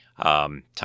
Time